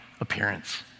appearance